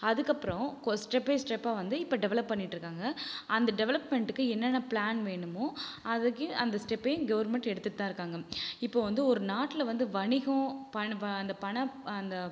அதற்கப்பறம் go step by ஸ்டெப்பாக வந்து இப்போ டெவலப் பண்ணிட்டுருக்காங்க அந்த டெவலப்மென்ட்டுக்கு என்னென்ன ப்ளான் வேணுமோ அதுக்கும் அந்த ஸ்டெப்பையும் கவுர்மென்ட் எடுத்துட்டு தான் இருக்காங்க இப்போ வந்து ஒரு நாட்டில் வந்து வணிகம் பண ப அந்த பண அந்த